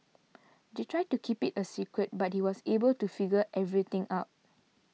they tried to keep it a secret but he was able to figure everything out